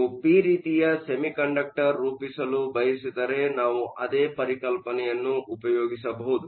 ನೀವು ಪಿ ರೀತಿಯ ಸೆಮಿಕಂಡಕ್ಟರ್ ರೂಪಿಸಲು ಬಯಸಿದರೆ ನಾವು ಅದೇ ಪರಿಕಲ್ಪನೆಯನ್ನು ಉಪಯೋಗಿಸಬಹುದು